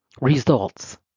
results